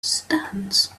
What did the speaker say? stands